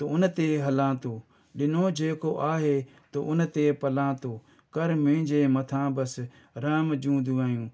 तूं हुन ते हलां थो ॾिनो जेको आहे तूं हुन ते पला थो कर मुंहिंजे मथां बसि रहम जूं दुआऊं